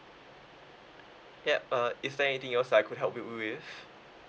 yup uh is there anything else I could help you with